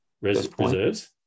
reserves